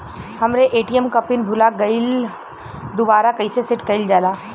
हमरे ए.टी.एम क पिन भूला गईलह दुबारा कईसे सेट कइलजाला?